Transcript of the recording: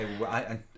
okay